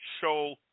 show